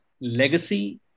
legacy